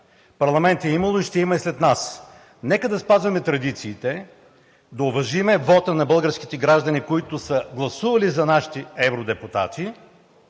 Парламент е имало – ще има и след нас. Нека да спазваме традициите, да уважим вота на българските граждани, които са гласували за нашите евродепутати.